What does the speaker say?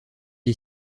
est